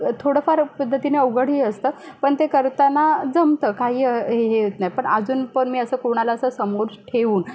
थोडंफार पद्धतीनं अवघडही असतं पण ते करताना जमतं काही हे येत नाही पण अजून पण मी कोणाला असं समोर ठेऊन